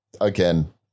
again